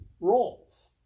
roles